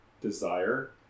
desire